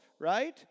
right